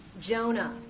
Jonah